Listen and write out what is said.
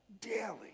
daily